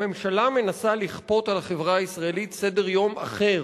הממשלה מנסה לכפות על החברה הישראלית סדר-יום אחר